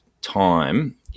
time